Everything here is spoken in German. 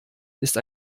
ist